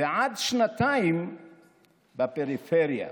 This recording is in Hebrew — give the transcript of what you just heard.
ועד שנתיים בפריפריה.